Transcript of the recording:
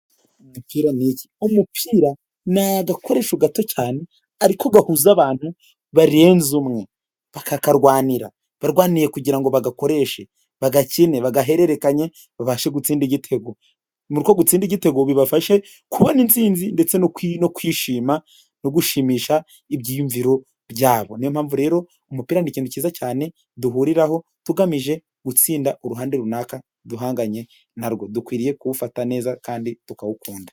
Umupira n'iki umupira ni agakoresho gato cyane ariko gahuza abantu barenze umwe bakakarwanira barwaniye kugira ngo bagakoreshe bagakine bagahererekanya babashe gutsinda igitego. Muri uko gutsinda igitego bibafashe kubona intsinzi ndetse no kwishima no gushimisha ibyiyumviro byabo niyo mpamvu rero umupira ni ikintu cyiza cyane duhuriraho tugamije gutsinda uruhande runaka duhanganye narwo dukwiriye kuwufata neza kandi tukawukunda.